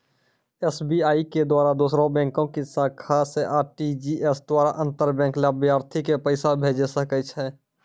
SBI के द्वारा दोसरो बैंको के शाखा से आर.टी.जी.एस द्वारा अंतर बैंक लाभार्थी के पैसा भेजै सकै छै